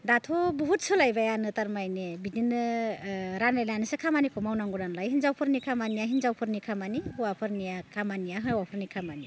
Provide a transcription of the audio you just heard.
दाथ' बुहुथ सोलायबायानो थारमानि बिदिनो रानलायनानैसो खामानिखौ मावनांगौ नालाय हिन्जावफोरनि खामानिया हिन्जावफोरनि खामानि हौवाफोरनिया खामानिया हौवाफोरनि खामानि